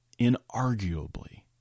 inarguably